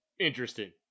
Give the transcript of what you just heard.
interesting